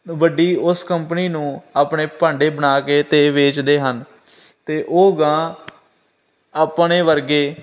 ਵੱਡੀ ਉਸ ਕੰਪਨੀ ਨੂੰ ਆਪਣੇ ਭਾਂਡੇ ਬਣਾ ਕੇ ਅਤੇ ਵੇਚਦੇ ਹਨ ਤਾਂ ਉਹ ਅਗਾਂਹ ਆਪਣੇ ਵਰਗੇ